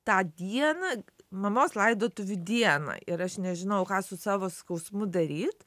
tą dieną mamos laidotuvių dieną ir aš nežinojau ką su savo skausmu daryt